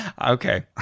Okay